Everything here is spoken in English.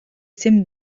seemed